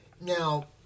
Now